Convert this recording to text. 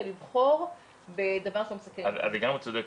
זה מזיק לכולם באותה מידה,